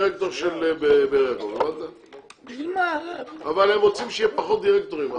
אבל הם רוצים שיהיה פחות דירקטורים.